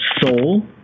soul